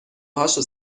هاشو